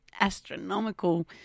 astronomical